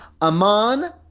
Aman